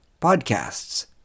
podcasts